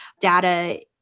data